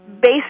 based